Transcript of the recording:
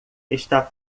está